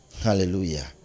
hallelujah